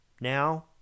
now